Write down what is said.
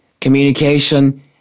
Communication